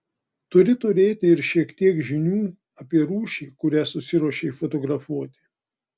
turi turėti ir šiek tiek žinių apie rūšį kurią susiruošei fotografuoti